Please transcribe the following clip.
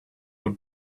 were